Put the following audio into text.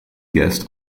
guest